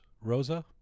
Rosa